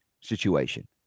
situation